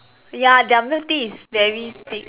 ya their milk tea is very thick